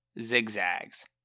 zigzags